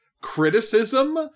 criticism